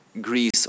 Greece